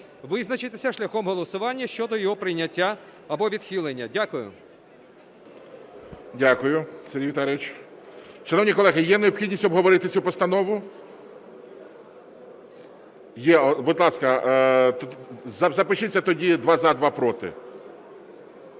визначитися шляхом голосування щодо його прийняття або відхилення. Дякую. ГОЛОВУЮЧИЙ. Дякую, Сергій Віталійович. Шановні колеги, є необхідність обговорити цю постанову? Є. Будь ласка, запишіться тоді: два – за, два – проти.